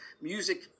music